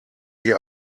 sie